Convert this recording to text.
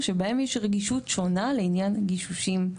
שבהם יש רגישות שונה בין הגישושים.